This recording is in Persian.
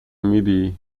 میدی